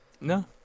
no